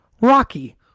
Rocky